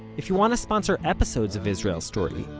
if you want to sponsor episodes of israel story,